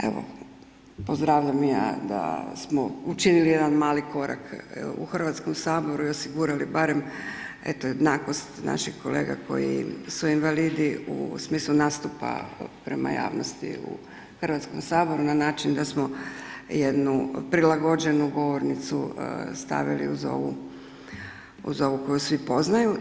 Evo pozdravljam i ja da smo učinili jedan mali korak evo u Hrvatskom saboru i osigurali barem eto jednakost naših kolega koji su invalidi u smislu nastupa prema javnosti u Hrvatskom saboru na način da smo jednu prilagođenu govornicu stavili uz ovu koju svi poznaju.